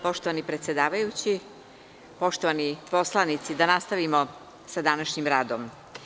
Poštovani predsedavajući, poštovani poslanici, da nastavimo sa današnjim radom.